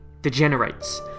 degenerates